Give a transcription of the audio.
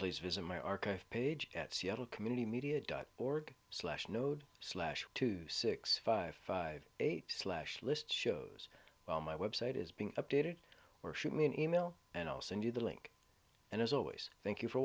please visit my archive page at seattle community media dot org slash node slash two six five five eight slash list shows well my website is being updated or shoot me an email and i'll send you the link and as always thank you for